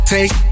Take